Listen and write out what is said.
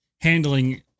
handling